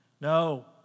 No